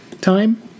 time